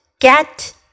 get